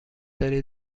داری